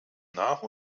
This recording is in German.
nach